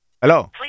Hello